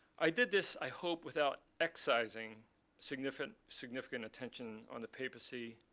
i did this, i hope, without excising significant significant attention on the papacy,